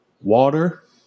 water